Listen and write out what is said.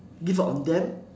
give up on them